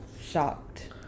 shocked